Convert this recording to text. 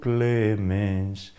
Clemens